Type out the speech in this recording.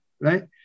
right